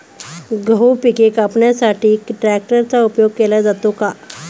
गहू पिके कापण्यासाठी ट्रॅक्टरचा उपयोग केला जातो का?